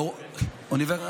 אוניברסיטה.